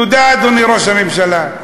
תודה, אדוני ראש הממשלה.